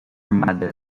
armada